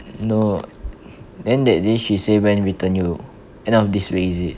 no then that day she say when return you end of this week is it